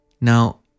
Now